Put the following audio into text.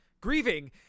Grieving